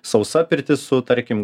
sausa pirtis su tarkim